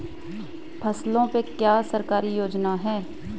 फसलों पे क्या सरकारी योजना है?